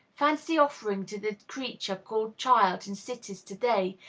fancy offering to the creature called child in cities to-day,